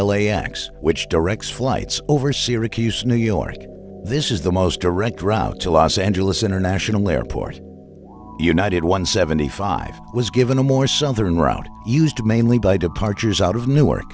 l a x which directs flights over syracuse new york this is the most direct route to los angeles international airport united one seventy five was given a more southern route used mainly by departures out of newark